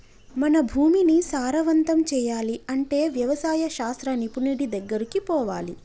మన భూమిని సారవంతం చేయాలి అంటే వ్యవసాయ శాస్త్ర నిపుణుడి దెగ్గరికి పోవాలి